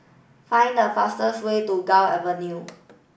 find the fastest way to Gul Avenue